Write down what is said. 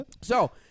So-